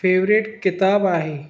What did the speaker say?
favourite किताबु आहे